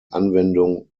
anwendung